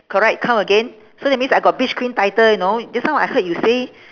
correct count again so that means I got beach queen title you know just now I heard you say